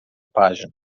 página